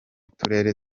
turere